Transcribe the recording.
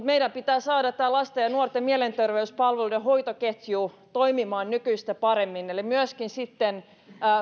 meidän pitää saada tämä lasten ja nuorten mielenterveyspalveluiden hoitoketju toimimaan nykyistä paremmin myöskin